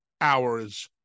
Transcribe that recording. hours